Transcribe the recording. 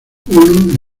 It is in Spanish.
uno